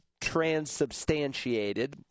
transubstantiated